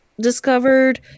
discovered